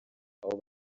aho